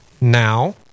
now